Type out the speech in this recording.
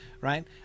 Right